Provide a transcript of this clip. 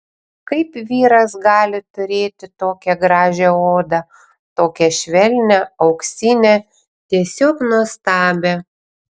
kaip vyras gali turėti tokią gražią odą tokią švelnią auksinę tiesiog nuostabią